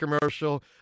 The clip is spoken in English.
commercial